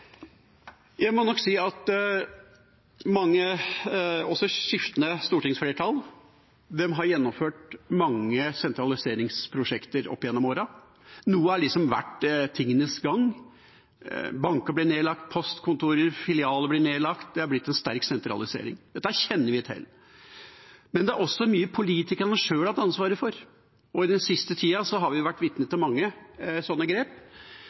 Jeg må nok si at mange, også skiftende, stortingsflertall har gjennomført mange sentraliseringsprosjekter oppigjennom årene. Noe har vært tingenes gang, banker blir nedlagt, postkontorer, filialer blir nedlagt. Det har blitt en sterk sentralisering. Dette kjenner vi til. Men det er også mye politikerne sjøl har hatt ansvaret for, og i den siste tida har vi vært vitne til mange sånne grep.